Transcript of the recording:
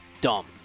Dumb